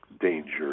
danger